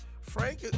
Frank